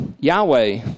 Yahweh